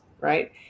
right